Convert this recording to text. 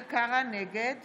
נגד